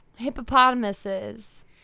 Hippopotamuses